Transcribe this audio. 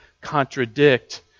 contradict